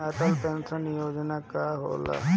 Atal pension योजना का होला?